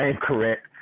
correct